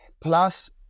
Plus